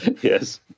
Yes